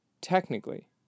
technically